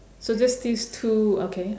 so just these two okay